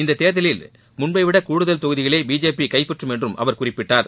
இந்த தேர்தலில் முன்பவிட கூடுதல் தொகுதிகளை பிஜேபி கைப்பற்றும் என்றும் அவர் குறிப்பிட்டார்